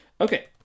Okay